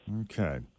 Okay